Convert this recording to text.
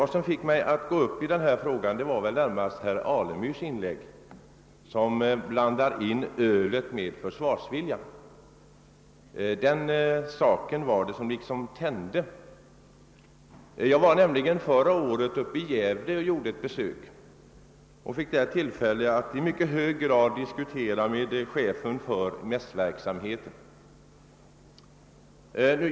Det som fick mig att gå upp i debatten var emellertid närmast herr Alemyrs inlägg. Herr Alemyr förde in ölet i ett resonemang om försvarsviljan — det var detta som tände. Jag var nämligen förra året på besök i Gävle och hade tillfälle till ingående diskussioner om saken med chefen för mässverksamheten.